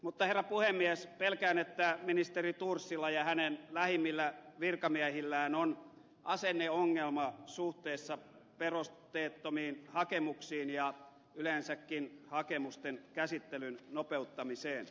mutta herra puhemies pelkään että ministeri thorsilla ja hänen lähimmillä virkamiehillään on asenneongelma suhteessa perusteettomiin hakemuksiin ja yleensäkin hakemusten käsittelyn nopeuttamiseen